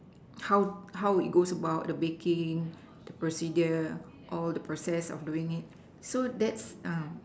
how how it goes while at the baking the procedure all the process of doing it so that's